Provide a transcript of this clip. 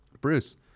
Bruce